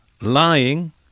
lying